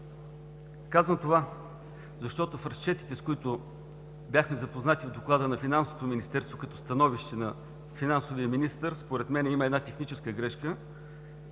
Казвам това, защото в разчетите, с които бяхме запознати в Доклада на Финансовото министерство, като становище на финансовия министър според мен има една техническа грешка.